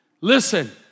Listen